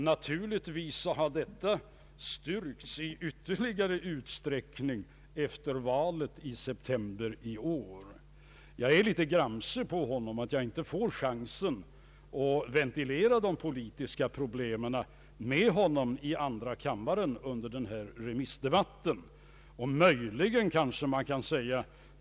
Naturligtvis har detta styrkts ytterligare efter valet i september i år. Jag är litet gramse på honom för att jag inte får chansen att ventilera de politiska problemen med honom i andra kammaren under denna remissdebatt.